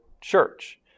church